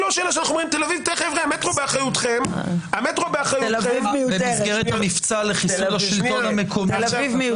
המטרו באחריותכם --- במסגרת המבצע לחיסול השלטון המקומי.